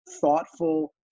thoughtful